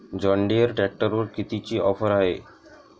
John Deere ट्रॅक्टरवर कितीची offer हाये?